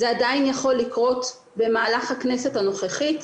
זה עדיין יכול לקרות במהלך הכנסת הנוכחית.